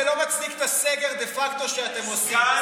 זה לא מצדיק את הסגר דה פקטו שאתם עושים.